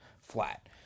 flat